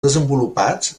desenvolupats